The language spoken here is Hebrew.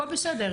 הכול בסדר,